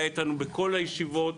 היה איתנו בכל הישיבות,